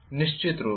निश्चित रूप से